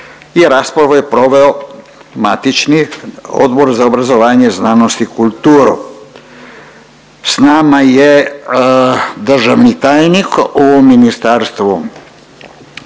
i raspravu je proveo matični Odbor za obrazovanje, znanost i kulturu. S nama je državni tajnik u ministarstvu,